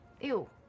Ew